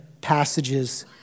passages